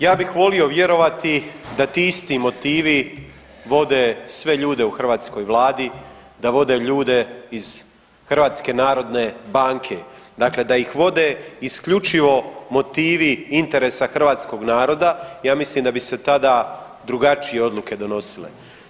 Ja bih volio vjerovati da ti isti motivi vode sve ljude u hrvatskoj Vladi, da vode ljude iz Hrvatske narodne banke, dakle da ih vode isključivo motivi interesa hrvatskog naroda, ja mislim da bi se tada drugačije odluke donosile.